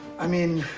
i mean,